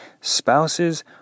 Spouses